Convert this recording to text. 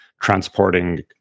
transporting